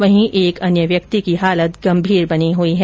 वहीं एक व्यक्ति की हालत गंभीर बनी हई है